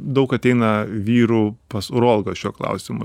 daug ateina vyrų pas urologą šiuo klausimu